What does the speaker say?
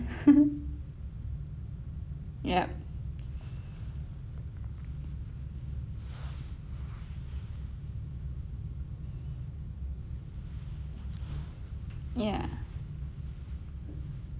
yup ya